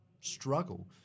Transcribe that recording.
struggle